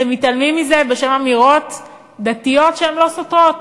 אתם מתעלמים מזה בשם אמירות דתיות, שהן לא סותרות.